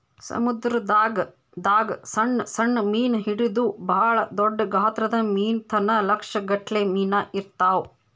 ಸಮುದ್ರದಾಗ್ ದಾಗ್ ಸಣ್ಣ್ ಸಣ್ಣ್ ಮೀನ್ ಹಿಡದು ಭಾಳ್ ದೊಡ್ಡ್ ಗಾತ್ರದ್ ಮೀನ್ ತನ ಲಕ್ಷ್ ಗಟ್ಲೆ ಮೀನಾ ಇರ್ತವ್